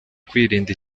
kwirinda